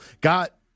got